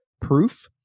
proof